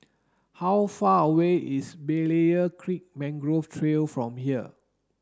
how far away is Berlayer Creek Mangrove Trail from here